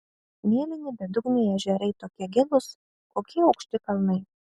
mėlyni bedugniai ežerai tokie gilūs kokie aukšti kalnai